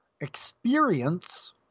experience